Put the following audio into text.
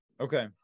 Okay